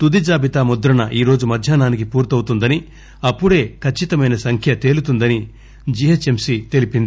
తుది జాబితా ముద్రణ ఈ రోజు మధ్యాహ్సానికి పూర్తవుతుందని అప్పుడే కచ్చితమైన సంఖ్య తేలుతుందని జి హెచ్ ఎం సి తెలిపింది